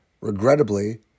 Regrettably